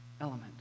element